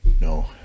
No